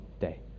day